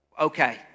Okay